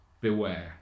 beware